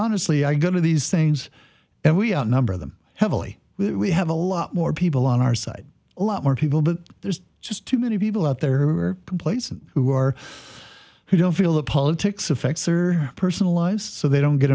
honestly i go to these things and we outnumber them heavily we have a lot more people on our side a lot more people but there's just too many people out there who are complacent who are who don't feel that politics affects or personal lives so they don't get